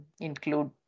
include